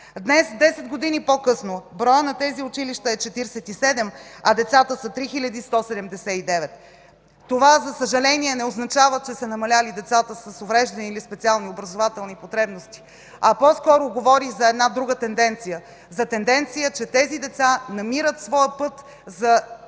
Днес, десет години по-късно, броят на тези училища е 47, а децата са 3179. За съжаление, това не означава, че са намалели децата с увреждания или със специални образователни потребности, а по-скоро говори за друга тенденция – че тези деца намират своя път за